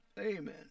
Amen